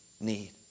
need